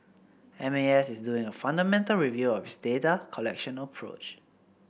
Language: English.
M A S is doing a fundamental review of its data collection approach